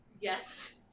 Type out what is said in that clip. Yes